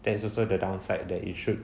there is also the downside that it should